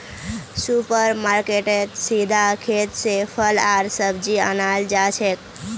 super मार्केटेत सीधा खेत स फल आर सब्जी अनाल जाछेक